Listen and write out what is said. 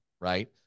right